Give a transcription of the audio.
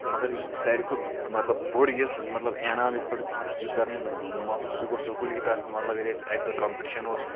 مَگر یُس مےٚ سارِوٕے کھۄتہٕ مطلب بوٚڈ یُس مطلب انعام یَتھ پٮ۪ٹھ بہٕ فَخٕر چھُس کَران محسوٗس سُہ گوٚو سٔکوٗل کہِ طرفہٕ مطلب ییٚلہِ اَسہِ اَکہِ دۄہ کَمپِٹِشَن اوس